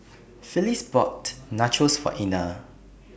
Phyliss bought Nachos For Ina